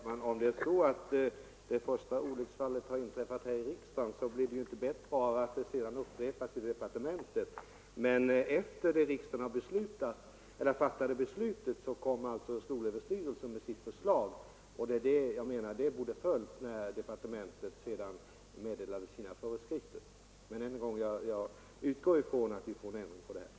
Fru talman! Om det är så att det första olycksfallet har inträffat här i riksdagen, så blir det ju inte bättre av att det sedan upprepas i departementet. Efter det att riksdagen fattat sitt beslut kom emellertid skolöverstyrelsen med sitt förslag, och vad jag menar är att det förslaget borde ha följts när departementet meddelade sina föreskrifter. Men än en gång: Jag utgår från att vi får en ändring härvidlag.